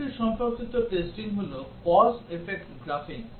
আরেকটি সম্পর্কিত টেস্টিং হল cause effect গ্রাফিং